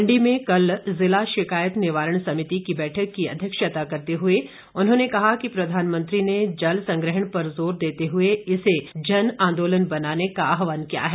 मण्डी में कल जिला शिकायत निवारण समिति की बैठक की अध्यक्षता करते हुए उन्होंने कहा कि प्रधानमंत्री ने जल संग्रहण पर जोर देते हुए इसे जनआंदोलन बनाने का आह्वान किया है